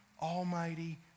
almighty